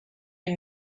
you